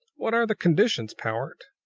what are the conditions, powart?